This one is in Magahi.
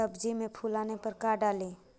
सब्जी मे फूल आने पर का डाली?